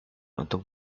untuk